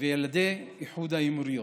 וילידי איחוד האמירויות.